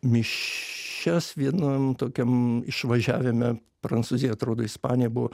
mišias vienam tokiam išvažiavime prancūzija atrodo ispanija buvo